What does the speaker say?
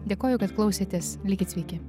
dėkoju kad klausėtės likit sveiki